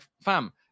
fam